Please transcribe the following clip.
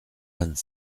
vingt